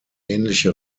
ähnliche